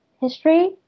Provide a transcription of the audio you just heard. history